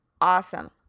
Awesome